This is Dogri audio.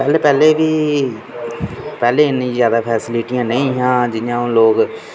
पैह्ले पैह्ले बी पैह्ले इन्नीं फैसलिटीयां नेईं हियां